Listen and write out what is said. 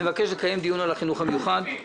לקיים דיון על החינוך המיוחד.